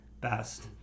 best